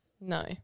no